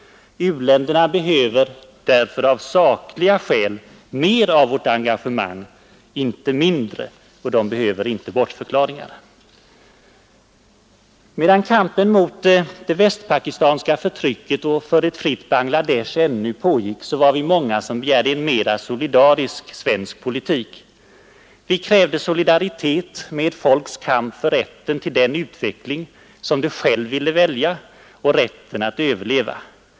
U-länderna behöver därför av sakliga skäl mer av vårt engagemang, inte mindre, och de behöver inte felaktiga bortförklaringar. Medan kampen mot det västpakistanska förtrycket och för ett fritt Bangladesh ännu pågick var vi många som begärde en mera solidarisk svensk politik. Vi krävde solidaritet med ett folks kamp för rätten till den utveckling som det självt ville följa och för rätten att överleva.